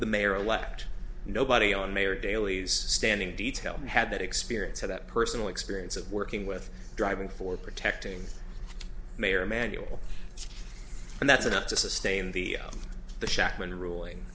the mayor elect nobody on mayor daley's standing detail had that experience so that personal experience of working with driving for protecting mayor emanuel and that's enough to sustain the the shachtman ruling